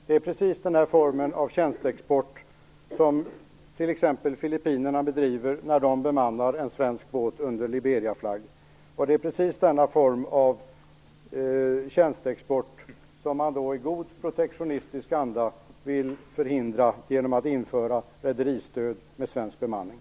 Det är precis den här formen av tjänsteexport som t.ex. Filippinerna bedriver när de bemannar en svensk båt under Liberiaflagg, och det är precis denna form av tjänsteexport som man här i god protektionistisk anda vill förhindra genom att införa rederistöd med svensk bemanning.